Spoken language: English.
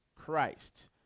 Christ